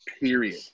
Period